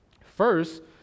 First